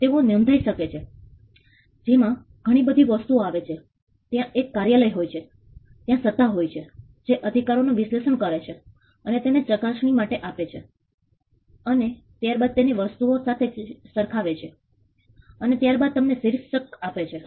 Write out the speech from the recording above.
તેઓ નોંધાઈ શકે છે જેમાં ઘણીબધી વસ્તુઓ આવે છે ત્યાં એક કાર્યાલય હોય છે ત્યાં સત્તા હોય છે જે અધિકાર નું વિશ્લેષણ કરે છે અને તેને ચકાસણી માટે આપે છે અને ત્યારબાદ તેને બીજી વસ્તુઓ સાથે સરખાવે છે અને ત્યારબાદ તમને શીર્ષક આપે છે